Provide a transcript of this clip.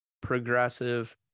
progressive